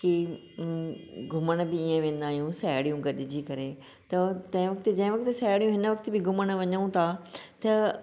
कि घुमण बि इअं वेंदा आहियूं साहेड़ियूं गॾिजी करे त तंहिं वक़्तु जंहिं वक़्तु साहेड़ियूं हिन वक़्त बि घुमण वञूं था त